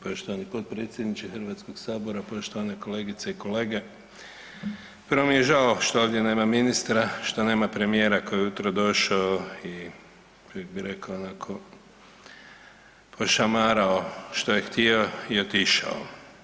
poštovani potpredsjedniče Hrvatskog sabora, poštovane kolegice i kolege prvo mi je žao što ovdje nema ministra, što nema premijera koji je ujutro došao i …/nerazumljivo/… rekao bih onako pošamarao što je htio i otišao.